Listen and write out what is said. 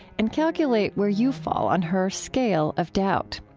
and calculate where you fall on her scale of doubt.